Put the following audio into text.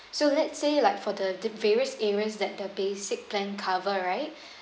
so let's say like for the the various areas that the basic plan cover right